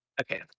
okay